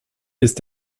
ist